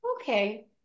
Okay